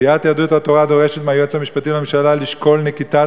סיעת יהדות התורה דורשת מהיועץ המשפטי לממשלה לשקול נקיטת